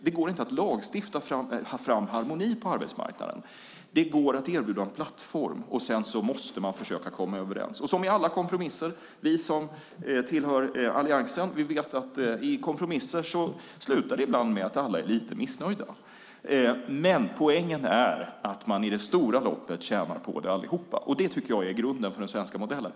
Det går inte att lagstifta fram harmoni på arbetsmarknaden. Det går att erbjuda en plattform. Sedan måste man försöka komma överens. Som i alla kompromisser, det vet vi som tillhör alliansen, slutar det ibland med att alla är lite missnöjda. Men poängen är att man i det långa loppet tjänar på det allihop. Det är grunden för den svenska modellen.